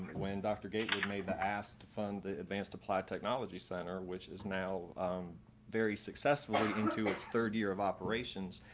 when dr. gatewood made the ask to fund the advanced applied technology center, center, which is now very successful into its third year of operations.